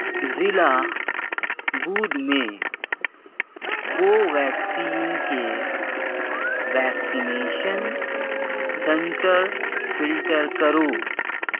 ضلع بود میں کوویکسین کے ویکسینیشن سینٹر فلٹر کرو